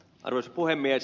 arvoisa puhemies